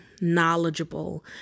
knowledgeable